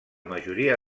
majoria